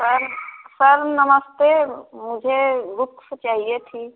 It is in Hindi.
सर सर नमस्ते मुझे बुक्स चाहिए थी